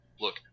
look